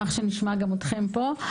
אשמח שנשמע גם אתכם פה.